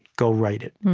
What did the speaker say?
go write it.